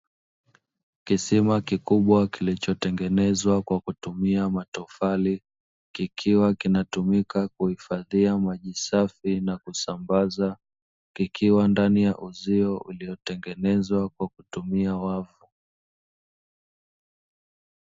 Kisima kikubwa kilicho tengenezwa kwa kutumia matofali kikiwa kinatumika kuhifadhia maji safi na kusambaza kikiwa ndani ya uzio uliotengezwa kwa kutumia wavu